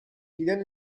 plan